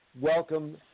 Welcome